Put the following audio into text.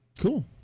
Cool